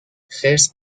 خرس